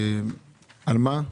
על מה?